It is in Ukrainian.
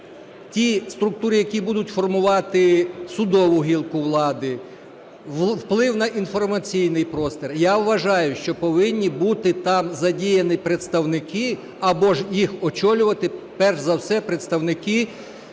ті структури, які будуть формувати судову гілку влади, вплив на інформаційний простір, я вважаю, що повинні бути там задіяні представники або ж їх очолювати перш за все представники